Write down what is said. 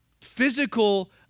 physical